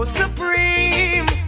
supreme